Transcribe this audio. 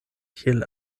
kiel